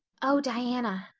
oh, diana,